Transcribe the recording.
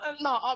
No